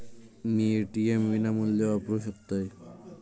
मी ATM विनामूल्य वापरू शकतय?